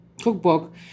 cookbook